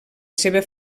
seva